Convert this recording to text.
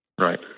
Right